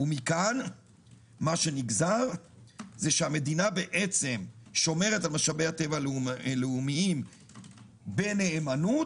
ומכאן מה שנגזר זה שהמדינה בעצם שומרת על משאבי הטבע הלאומיים בנאמנות,